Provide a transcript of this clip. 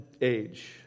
age